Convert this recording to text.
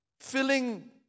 filling